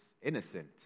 innocent